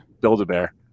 Build-A-Bear